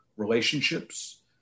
relationships